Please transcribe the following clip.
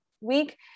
week